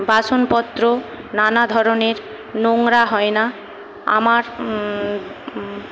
বাসনপত্র নানা ধরনের নোংরা হয় না আমার